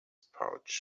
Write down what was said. pouch